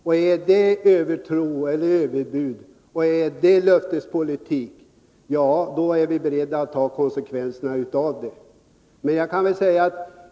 Om det är övertro eller överbud och löftespolitik, ja, då är vi beredda att ta konsekvenserna av det.